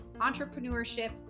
entrepreneurship